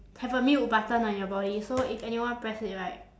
have a mute button on your body so if anyone press it right